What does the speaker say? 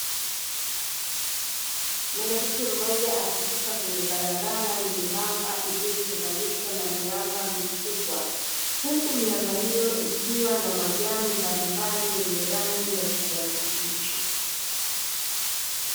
Mwanamke mmoja akipita kwenye barabara nyembamba, iliyotenganishwa na miamba mikubwa, huku miamba hiyo ikiwa na majani mbalimbali yenye rangi ya kijani kibichi.